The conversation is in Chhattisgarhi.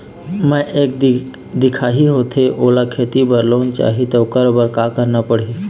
मैं एक दिखाही होथे मोला खेती बर लोन चाही त ओकर बर का का करना पड़ही?